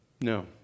No